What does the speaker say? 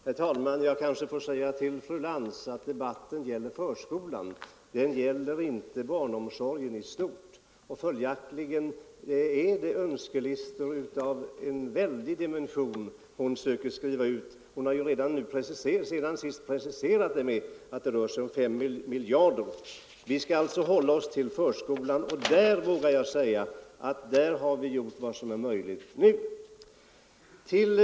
Herr talman! Jag kanske får säga till fru Lantz att debatten gäller förskolan, inte barnomsorgen i stort. Följaktligen är det önskelistor av väldiga dimensioner hon försöker skriva ut. Fru Lantz har sedan sist preciserat kostnaderna till 5 miljarder. Vi skall alltså hålla oss till förskolan, och på det området vågar jag säga att vi gjort vad som är möjligt att göra.